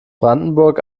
brandenburg